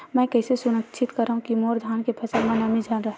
मैं कइसे सुनिश्चित करव कि मोर धान के फसल म नमी झन रहे?